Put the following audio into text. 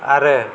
आरो